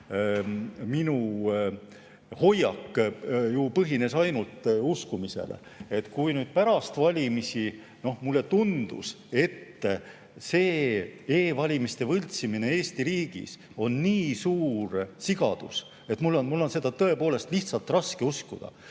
selline hoiak põhines ainult uskumisel. Pärast valimisi mulle tundus, et e‑valimiste võltsimine Eesti riigis oleks nii suur sigadus, et mul on seda tõepoolest lihtsalt raske uskuda.